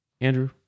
Andrew